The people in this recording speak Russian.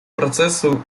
процессу